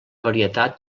varietat